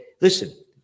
Listen